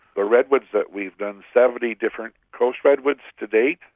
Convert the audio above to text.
the redwoods that we've done, seventy different coast redwoods to date.